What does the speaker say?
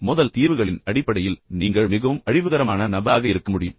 மோதல் தீர்வுகளின் அடிப்படையில் நீங்கள் மிகவும் அழிவுகரமான நபராக இருக்க முடியும்